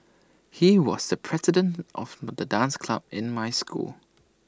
he was the president of the dance club in my school